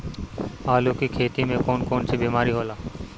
आलू की खेती में कौन कौन सी बीमारी होला?